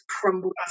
crumbled